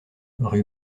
rue